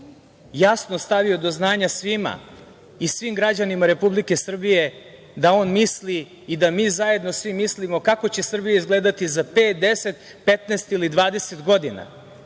jasno stavio do znanja svima i svim građanima Republike Srbije da on misli i da mi zajedno svi mislimo kako će Srbija izgledati za pet, deset, petnaest